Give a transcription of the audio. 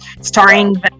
starring